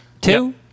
Two